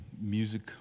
music